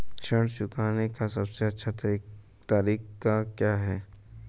ऋण चुकाने का सबसे अच्छा तरीका क्या है?